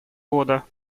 года